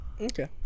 Okay